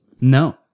No